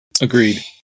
Agreed